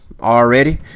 already